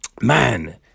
Man